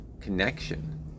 connection